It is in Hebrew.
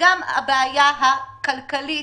וגם הבעיה הכלכלית,